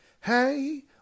hey